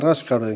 tuskin